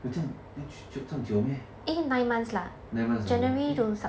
有这样这样久 meh nine months ah eh